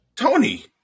Tony